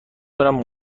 کنم